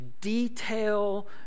detail